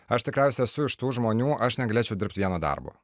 aš tikriausiai esu iš tų žmonių aš negalėčiau dirbti vieno darbo